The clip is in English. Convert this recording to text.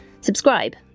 Subscribe